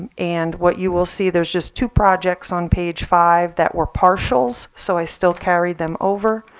and what you will see there's just two projects on page five that were partials so i still carried them over.